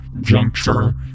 Juncture